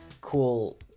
cool